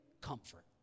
comfort